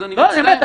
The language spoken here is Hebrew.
אז באמת -- לא באמת,